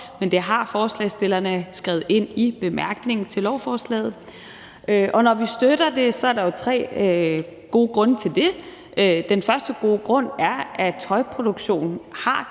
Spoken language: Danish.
men det har forslagsstillerne skrevet ind i bemærkningerne til beslutningsforslaget. Når vi støtter det, er der jo tre gode grunde til det. Den første gode grund er, at tøjproduktion har